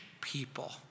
people